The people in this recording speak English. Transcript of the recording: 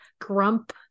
grump